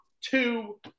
two